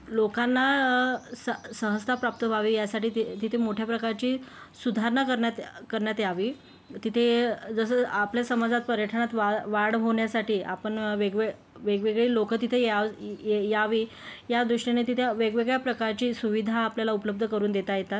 लोकांना स सहजता प्राप्त व्हावी यासाठी ति तिथे मोठ्या प्रकारची सुधारणा करण्यात करण्यात यावी तिथे जसं आपल्या समाजात पर्यटनात वा वाढ होण्यासाठी आपण वेगवे वेगवेगळे लोक तिथे या यावे या दृष्टीने तिथे वेगवेगळ्या प्रकारची सुविधा आपल्याला उपलब्ध करून देता येतात